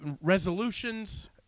resolutions